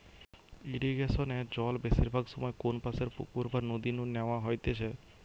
ইরিগেশনে জল বেশিরভাগ সময় কোনপাশের পুকুর বা নদী নু ন্যাওয়া হইতেছে